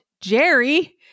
Jerry